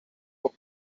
but